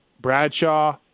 Bradshaw